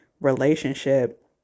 relationship